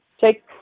take